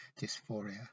Dysphoria